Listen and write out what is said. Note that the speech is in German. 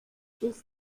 bis